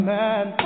man